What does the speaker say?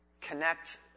connect